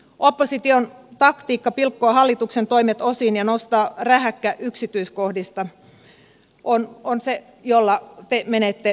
opposition taktiikka pilkkoa hallituksen toimet osiin ja nostaa rähäkkä yksityiskohdista on se jolla te menette eteenpäin